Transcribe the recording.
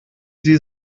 sie